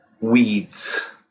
weeds